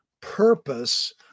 purpose